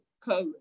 color